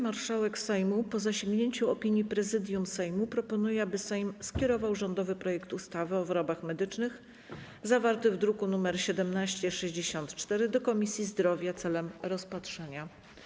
Marszałek Sejmu, po zasięgnięciu opinii Prezydium Sejmu, proponuje, aby Sejm skierował rządowy projekt ustawy o wyrobach medycznych zawarty w druku nr 1764 do Komisji Zdrowia celem rozpatrzenia.